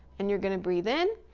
and you're gonna breathe in.